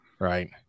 Right